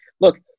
look